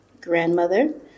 grandmother